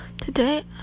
Today